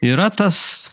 yra tas